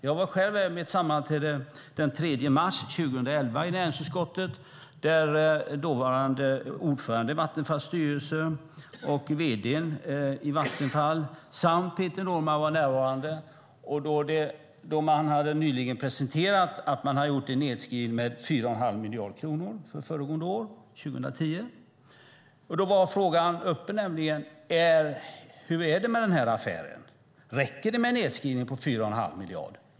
Jag var själv med på ett sammanträde den 3 mars 2011 i näringsutskottet, när dåvarande ordföranden i Vattenfalls styrelse och vd:n i Vattenfall samt Peter Norman var närvarande. De hade nyligen presenterat att de hade gjort en nedskrivning med 4,5 miljarder kronor för föregående år, 2010. Då var frågan uppe: Hur är det med den här affären? Räcker det med en nedskrivning på 4,5 miljarder kronor?